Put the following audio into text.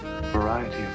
variety